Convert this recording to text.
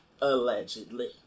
Allegedly